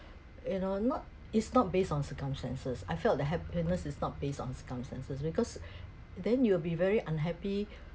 you know not is not based on circumstances I felt the happiness is not based on circumstances because then you will be very unhappy